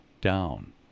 down